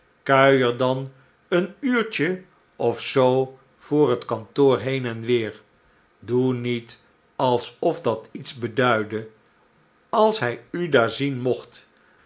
kuier dan een uurtje of zoo voor het kantoor heen en weer doe niet alsof dat iets beduidde als hlj u daar zien mocht